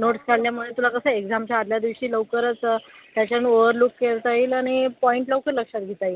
notes काढल्यामुळे तुला कसं एक्झामच्या आदल्या दिवशी लवकरच त्याच्या ओव्हरलुक करता येईल आणि पॉइंट लवकर लक्षात घेता येईल